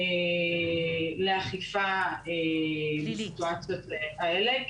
לאכיפה בסיטואציות האלה,